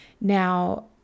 now